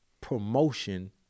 promotion